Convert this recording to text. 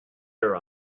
her